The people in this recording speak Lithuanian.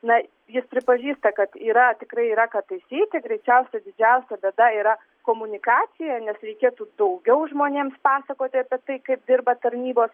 na jis pripažįsta kad yra tikrai yra ką taisyti greičiausiai didžiausia bėda yra komunikacija nes reikėtų daugiau žmonėms pasakoti apie tai kaip dirba tarnybos